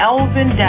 Elvin